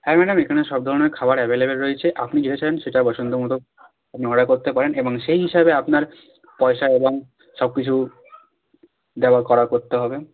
হ্যাঁ ম্যাডাম এখানে সব ধরনের খাবার অ্যাভেলেবেল রয়েছে আপনি যেটা চান সেটা পছন্দ মতো আপনি অর্ডার করতে পারেন এবং সেই হিসাবে আপনার পয়সা এবং সব কিছু দেওয়া করা করতে হবে